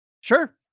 Sure